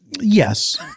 Yes